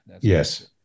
yes